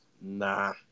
Nah